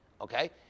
okay